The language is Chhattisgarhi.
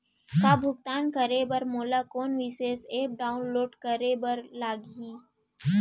का भुगतान करे बर मोला कोनो विशेष एप ला डाऊनलोड करे बर लागही